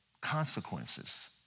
consequences